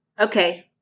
Okay